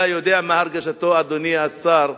אתה יודע, אדוני השר,